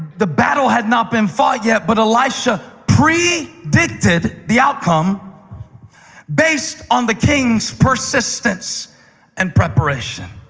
the battle had not been fought yet, but elisha predicted the outcome based on the king's persistence and preparation.